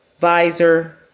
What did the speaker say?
visor